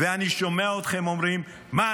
ואני שומע אתכם אומרים: מה,